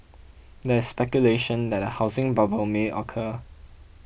there is speculation that a housing bubble may occur